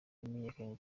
yamenyekanye